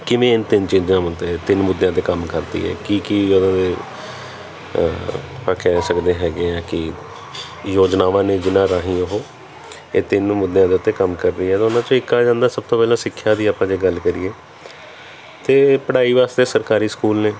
ਕਿਵੇਂ ਇਨ੍ਹਾਂ ਤਿੰਨ ਚੀਜ਼ਾਂ ਵਾਂ ਅਤੇ ਤਿੰਨ ਮੁੱਦਿਆਂ 'ਤੇ ਕੰਮ ਕਰਦੀ ਹੈ ਕੀ ਕੀ ਅਗਰ ਉਹਨਾਂ ਦੇ ਆਪਾਂ ਕਹਿ ਸਕਦੇ ਹੈਗੇ ਹਾਂ ਕੀ ਯੋਜਨਾਵਾਂ ਨੇ ਜਿਨ੍ਹਾਂ ਰਾਹੀਂ ਉਹ ਇਹ ਤਿੰਨ ਮੁੱਦਿਆਂ ਦੇ ਉੱਤੇ ਕੰਮ ਕਰ ਰਹੀ ਹੈ ਤਾਂ ਉਹਨਾਂ ਚੋਂ ਇੱਕ ਆ ਜਾਂਦਾ ਸਭ ਤੋਂ ਪਹਿਲਾਂ ਸਿੱਖਿਆ ਦੀ ਆਪਾਂ ਜੇ ਗੱਲ ਕਰੀਏ ਅਤੇ ਪੜ੍ਹਾਈ ਵਾਸਤੇ ਸਰਕਾਰੀ ਸਕੂਲ ਨੇ